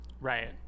Right